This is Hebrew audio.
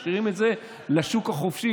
משאירים את זה לשוק החופשי,